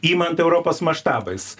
imant europos maštabais